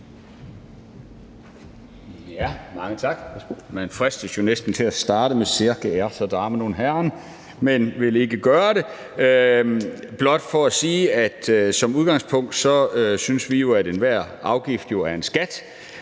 Mange tak. Man fristes jo næsten til at starte med »sehr geehrte Damen und Herren«, men det vil jeg ikke gøre. Jeg vil blot sige, at som udgangspunkt synes vi, at enhver afgift jo er en skat,